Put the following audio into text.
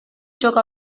txoko